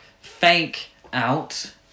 fake-out